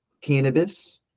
cannabis